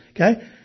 okay